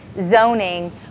zoning